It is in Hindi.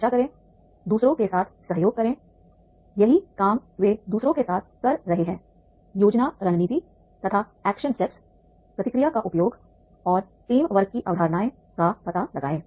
चर्चा करें दूसरों के साथ सहयोग करें यही काम ह वे दूसरों के साथ कर रहे हैं योजना रणनीति तथा एक्शन स्टेप्स प्रतिक्रिया का उपयोग और टीम वर्क की अवधारणा का पता लगाएं